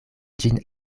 ĝin